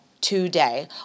today